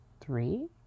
Three